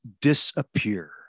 disappear